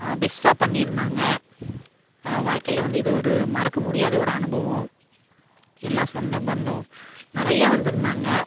பெஸ்ட்டாக பண்ணிருந்தாங்கள் வாழ்க்கையில வந்து இது ஒரு மறக்க முடியாத ஒரு அனுபவம் எல்லா சொந்த பந்தம் நிறைய வந்திருந்தாங்க